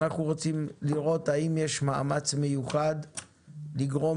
אנחנו מבקשים לראות, האם מתקיים מאמץ מיוחד לגרום